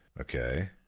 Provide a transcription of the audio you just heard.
Okay